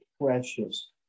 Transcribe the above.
precious